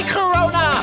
Corona